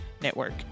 Network